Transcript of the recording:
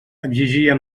exigia